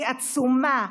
היא עצומה.